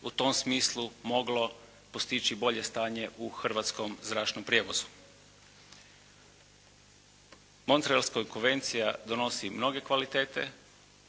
u tom smislu moglo postići bolje stanje u hrvatskom zračnom prijevozu. Montrealska konvencija donosi mnoge kvalitete